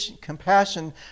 compassion